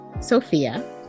Sophia